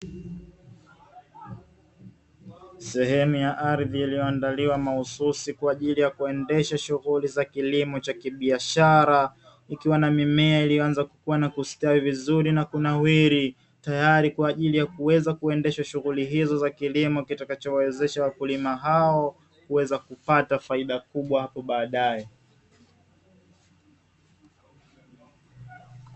Sehemu ya ardhi iliyoandaliwa mahususi kwa ajili ya kuendesha shughuli za kilimo cha kibiashara, ikiwa na mimea ilianza kuwa na kustawi vizuri na kunawiri tayari kwa ajili ya kuweza kuendesha shughuli hizo za kilimo kitakachowawezesha wakulima hao kuweza kupata faida kubwa hapo baadaye.